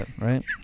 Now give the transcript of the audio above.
right